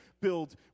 build